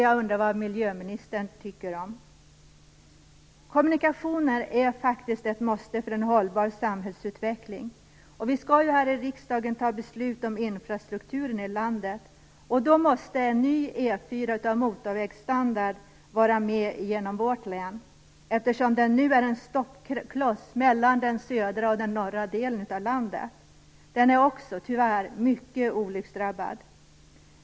Jag undrar vad miljöministern tycker om det. Kommunikationer är ett måste för en hållbar samhällsutveckling. Riksdagen skall fatta beslut om infrastrukturen i landet. Då måste en ny E 4 av motorvägsstandard genom vårt län vara med. Nu är den vägen en stoppkloss mellan den södra och den norra delen av landet. Den är också tyvärr mycket olycksdrabbad.